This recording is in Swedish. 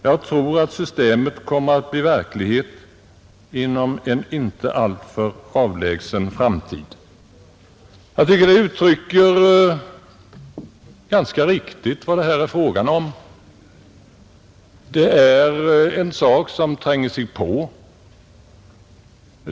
——— Jag tror att systemet kommer att bli verklighet inom en inte alltför avlägsen framtid.” De orden tycker jag riktigt uttrycker vad det här är fråga om; detta är en sak som tränger sig på.